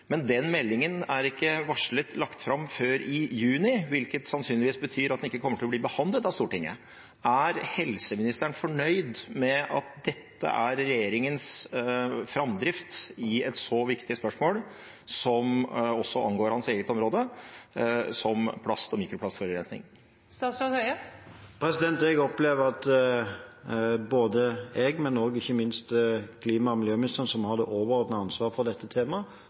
Men den meldingen er ikke varslet lagt fram før i juni, hvilket sannsynligvis betyr at den ikke kommer til å bli behandlet av dette stortinget. Er helseministeren fornøyd med at dette er regjeringens framdrift i et så viktig spørsmål – som også angår hans eget område – som plast- og mikroplastforurensning? Jeg opplever at jeg, men ikke minst klima- og miljøministeren, som har det overordnede ansvaret for dette temaet,